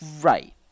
Right